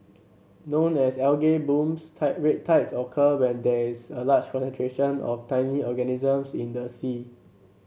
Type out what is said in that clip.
known as blooms tide red tides occur when there is a large concentration of tiny organisms in the sea